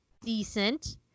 decent